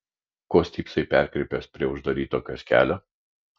ko stypsai perkrypęs prie uždaryto kioskelio